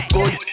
Good